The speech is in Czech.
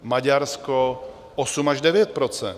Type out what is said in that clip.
Maďarsko 8 až 9 %.